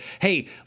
hey